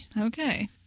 Okay